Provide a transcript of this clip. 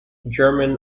german